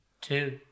two